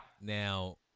Now